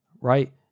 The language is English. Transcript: right